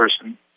person